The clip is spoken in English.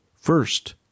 First